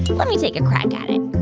let me take a crack at